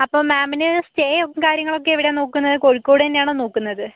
അപ്പം മാമിന് സ്റ്റേയും കാര്യങ്ങളൊക്കെ എവിടെയാണ് നോക്കുന്നത് കോഴിക്കോട് തന്നെയാണോ നോക്കുന്നത്